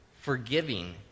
forgiving